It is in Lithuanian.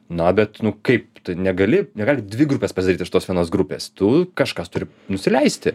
na bet nu kaip negali negali dvi grupės pasidaryt iš tos vienos grupės tu kažkas turi nusileisti